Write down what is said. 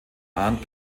arndt